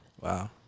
Wow